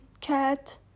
Cat